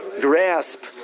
grasp